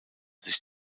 sich